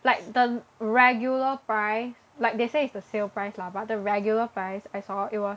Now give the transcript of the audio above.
like the regular price like they say is the sale price lah but the regular price I saw it was